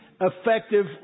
effective